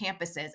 campuses